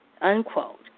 Unquote